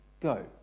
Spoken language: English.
go